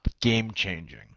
game-changing